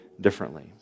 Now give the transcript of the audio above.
differently